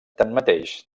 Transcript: tanmateix